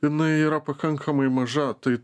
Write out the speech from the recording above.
jinai yra pakankamai maža tai